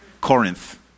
Corinth